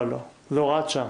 לא, זו הוראת שעה.